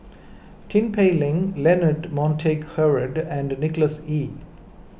Tin Pei Ling Leonard Montague Harrod and Nicholas Ee